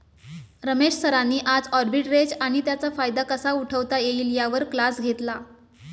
रमेश सरांनी आज आर्बिट्रेज आणि त्याचा फायदा कसा उठवता येईल यावर क्लास घेतला